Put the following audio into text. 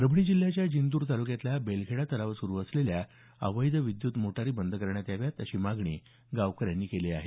परभणी जिल्ह्याच्या जिंतूर तालुक्यातल्या बेलखेडा तलावात स़्रु असलेल्या अवैध विद्युत मोटारी बंद करण्यात याव्यात अशी मागणी गावकऱ्यांनी केली आहे